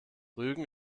rügen